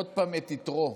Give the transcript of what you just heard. עוד פעם את יתרו,